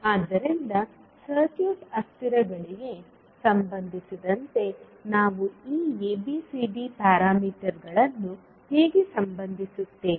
ಆದ್ದರಿಂದ ಸರ್ಕ್ಯೂಟ್ ಅಸ್ಥಿರಗಳಿಗೆ ಸಂಬಂಧಿಸಿದಂತೆ ನಾವು ಈ ABCD ಪ್ಯಾರಾಮೀಟರ್ಗಳನ್ನು ಹೇಗೆ ಸಂಬಂಧಿಸುತ್ತೇವೆ